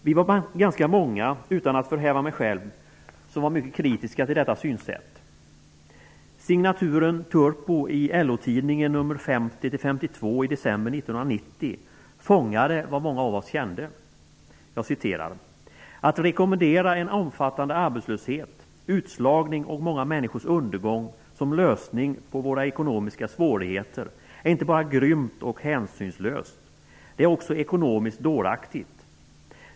Utan att förhäva mig var vi ganska många som var mycket kritiska till detta synsätt. Signaturen Turpo i LO-tidningen, nr 50--52 i december 1990, fångade vad många av oss kände: ''Att rekommendera en omfattande arbetslöshet, utslagning och många människors undergång som lösning på våra ekonomiska svårigheter är inte bara grymt och hänsynslöst, det är också ekonomiskt dåraktigt.